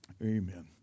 Amen